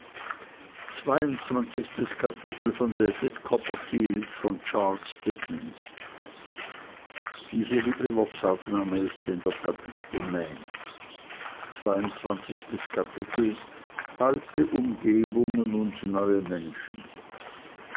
alte umgebungen und neue menschen